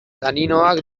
taninoak